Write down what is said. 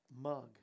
mug